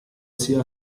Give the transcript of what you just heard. zio